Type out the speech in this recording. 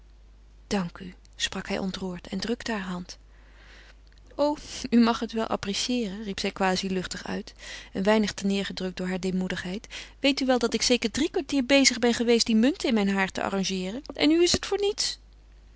dank u sprak hij ontroerd en drukte hare hand o u mag het wel apprecieeren riep zij quasi luchtig uit een weinig ter neêr gedrukt door hare deemoedigheid weet u wel dat ik zeker drie kwartier bezig ben geweest die munten in mijn haar te arrangeeren en nu is het voor niets